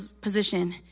position